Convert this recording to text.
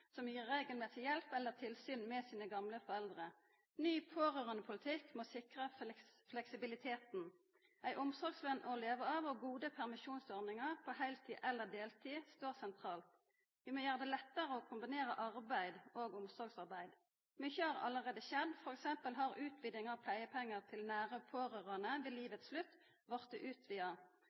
som gir regelmessig hjelp eller tilsyn med sine gamle foreldre. Ny pårørandepolitikk må sikra fleksibiliteten. Ei omsorgsløn å kunna leva av og gode permisjonsordningar på heiltid eller deltid står sentralt. Vi må gjera det lettare å kombinera arbeid og omsorgsarbeid. Mykje har allereie skjedd. For eksempel har utviding av pleiepengar til nære pårørande ved livets slutt blitt utvida.